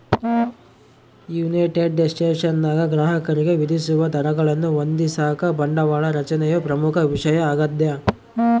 United ಸ್ಟೇಟ್ಸ್ನಾಗ ಗ್ರಾಹಕರಿಗೆ ವಿಧಿಸುವ ದರಗಳನ್ನು ಹೊಂದಿಸಾಕ ಬಂಡವಾಳ ರಚನೆಯು ಪ್ರಮುಖ ವಿಷಯ ಆಗ್ಯದ